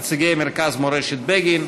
נציגי מרכז מורשת בגין,